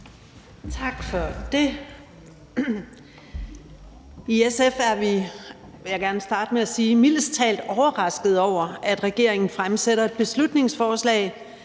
starte med at sige, mildest talt overraskede over, at regeringen fremsætter et beslutningsforslag